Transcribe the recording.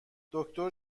دکتر